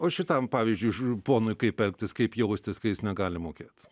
o šitam pavyzdžiui ž ponui kaip elgtis kaip jaustis kai jis negali mokėt